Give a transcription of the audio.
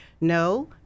no